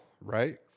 right